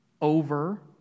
over